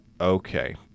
Okay